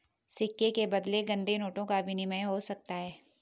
सिक्के के बदले गंदे नोटों का विनिमय हो सकता है